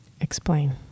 Explain